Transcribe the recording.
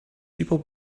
people